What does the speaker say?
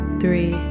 three